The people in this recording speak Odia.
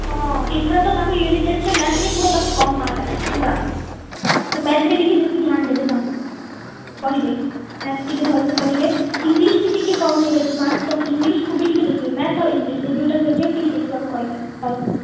ହଁ ଏଥର ତ ତାଙ୍କ ୟୁନିଟ୍ ଟେଷ୍ଟରେ ମ୍ୟାଥ୍ରେ ପୁରା ତ କମ୍ ମାର୍କ ଆସିଛି ପୁରା ମ୍ୟାଥ୍ରେ ଟିକେ ବେଶୀ ଧ୍ୟାନ ଦେଦେ ତାଙ୍କୁ କହିବେ ମ୍ୟାଥ୍ ଟିକେ ଭଲ ସେ କରିବେ ଇଂଲିଶ୍ ବି ଟିକେ କମ୍ ହେଇ ଯାଇଛି ମାର୍କ ତ ଇଂଲିଶକୁ ବି ଟିକେ ଦେଖିବେ ମ୍ୟାଥ୍ ଆଉ ଇଂଲିଶ୍ ଏ ଦୁଇଟା ସବଜେକ୍ଟ ଟିକେ ଦେଖିବାକୁ କହିବେ ଭଲ ସେ